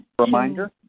reminder